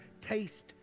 taste